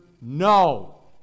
no